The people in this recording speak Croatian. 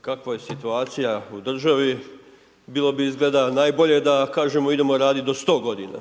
Kakva je situacija u državi bilo bi izgleda najbolje da kažemo idemo raditi do sto godina.